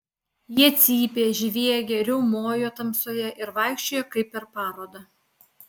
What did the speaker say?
jie cypė žviegė riaumojo tamsoje ir vaikščiojo kaip per parodą